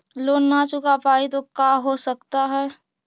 Loan न चुका पाई तो का हो सकता है?